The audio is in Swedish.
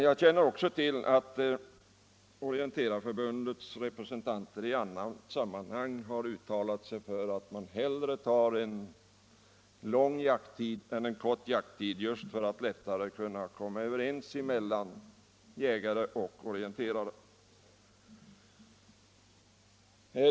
Jag känner också till att Orienteringsförbundets representanter i andra sammanhang har uttalat att man föredrar en lång jakttid framför en kort jakttid just för att jägare och orienterare lättare skall komma överens.